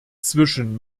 zwischen